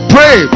Pray